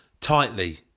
Tightly